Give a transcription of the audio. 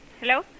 Hello